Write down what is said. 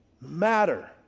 matter